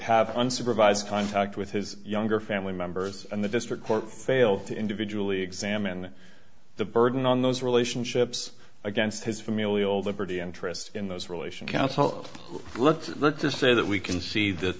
have unsupervised contact with his younger family members and the district court failed to individually examine the burden on those relationships against his familial liberty interest in those relation counsel let's look to say that we can see that